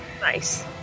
Nice